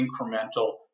incremental